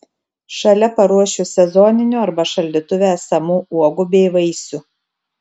šalia paruošiu sezoninių arba šaldytuve esamų uogų bei vaisių